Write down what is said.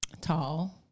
tall